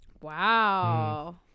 Wow